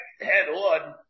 head-on